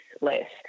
less